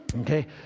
okay